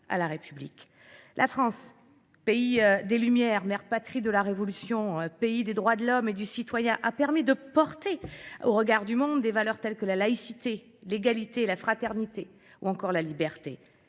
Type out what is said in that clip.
La France, pays des Lumières, mère patrie de la Révolution, pays des droits de l'homme et du citoyen, a permis de porter au regard du monde des valeurs telles que la laïcité, l'égalité, la fraternité ou encore la liberté.